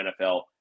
NFL